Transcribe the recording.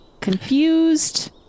confused